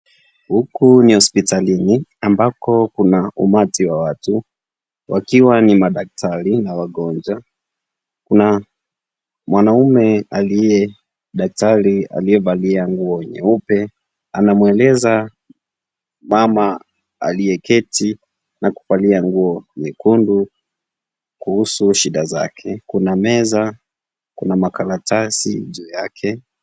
Huko ni hospitalini, ambako kuna umati wa watu. Wakiwa ni madaktari na wagonjwa. Kuna mwanamume aliye daktari aliyevalia nguo nyeupe. Anamweleza mama aliyeketi na kuvalia nguo nyekundu kuhusu shida zake. Kuna meza, kuna makaratasi njia yake.